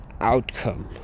outcome